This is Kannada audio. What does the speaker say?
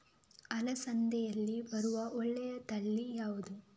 ಅಲಸಂದೆಯಲ್ಲಿರುವ ಒಳ್ಳೆಯ ತಳಿ ಯಾವ್ದು?